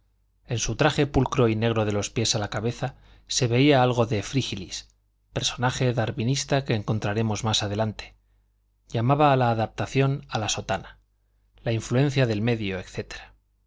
en su traje pulcro y negro de los pies a la cabeza se veía algo que frígilis personaje darwinista que encontraremos más adelante llamaba la adaptación a la sotana la influencia del medio